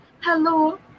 Hello